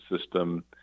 system